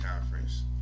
Conference